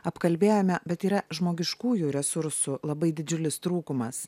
apkalbėjome bet yra žmogiškųjų resursų labai didžiulis trūkumas